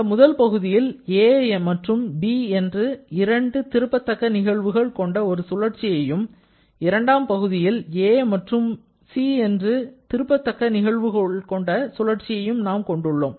இந்த முதல் பகுதியில் 'a' மற்றும் 'b' என்ற இரண்டு திரும்பத்தக்க நிகழ்வுகள் கொண்ட ஒரு சுழற்சியையும் இரண்டாம் பகுதியில் 'a' and 'c' என்று திரும்பத் தக்க நிகழ்வுகள் கொண்ட ஒரு சுழற்சியையும் நாம் கொண்டுள்ளோம்